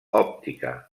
òptica